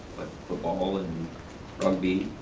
football and rugby,